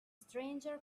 stranger